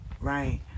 right